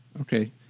Okay